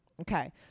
Okay